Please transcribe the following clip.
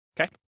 Okay